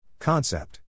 Concept